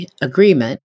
agreement